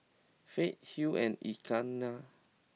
Fay Hill and Ignatz